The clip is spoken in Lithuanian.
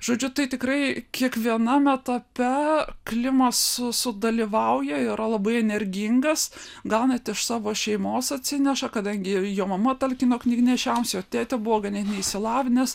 žodžiu tai tikrai kiekvienam etape klimas sudalyvauja yra labai energingas gal net iš savo šeimos atsineša kadangi jo mama talkino knygnešiams jo tėtė buvo ganėtinai išsilavinęs